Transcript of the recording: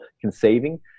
conceiving